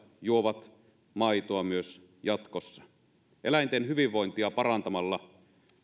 juovat maitoa myös jatkossa eläinten hyvinvointia parantamalla